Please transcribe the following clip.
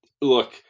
Look